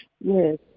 yes